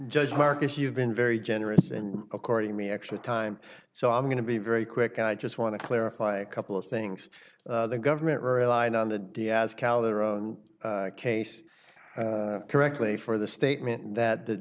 judge marcus you've been very generous in according me extra time so i'm going to be very quick i just want to clarify a couple of things the government relied on the diaz calderon case correctly for the statement that the